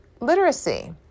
literacy